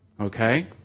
Okay